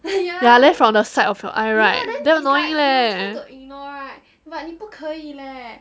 ya then from the side of your eye right damn annoying leh